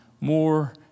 more